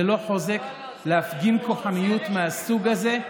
זה לא חוזק, להפגין כוחניות מהסוג הזה.